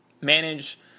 manage